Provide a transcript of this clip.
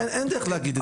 אין דרך להגיד את זה.